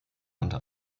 unter